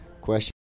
question